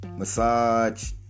massage